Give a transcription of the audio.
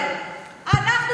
אנחנו,